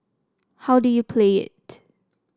how do you play it